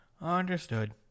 Understood